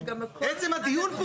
אבל, זה לשון החוק.